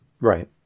Right